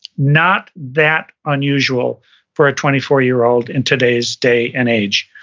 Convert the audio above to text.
not that unusual for a twenty four year old in today's day and age.